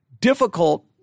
difficult